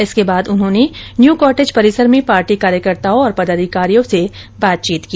इसके बाद उन्होंने न्यू कॉटेज परिसर में पार्टी कार्यकर्ताओं और पदाधिकारियों से बातचीत की